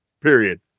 Period